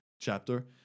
chapter